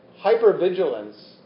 Hypervigilance